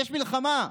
יש מלחמה.